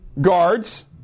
guards